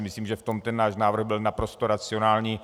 Myslím si, že v tom ten náš návrh byl naprosto racionální.